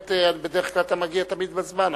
ואכן בדרך כלל אתה מגיע, תמיד, בזמן.